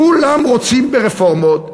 כולם רוצים רפורמות,